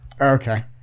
Okay